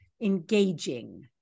engaging